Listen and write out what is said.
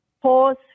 Pause